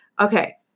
Okay